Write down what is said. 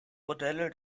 modelle